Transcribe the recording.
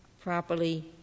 properly